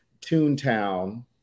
toontown